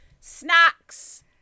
Snacks